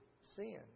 sin